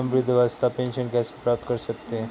हम वृद्धावस्था पेंशन कैसे प्राप्त कर सकते हैं?